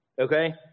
okay